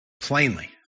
plainly